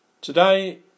Today